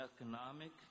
economic